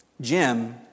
Jim